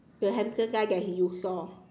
the handsome guy that you saw